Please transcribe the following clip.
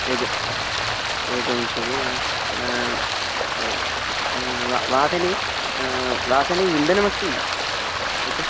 एकं एकविंशतिः वाहने वाहने इन्दनमस्ति उत